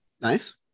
nice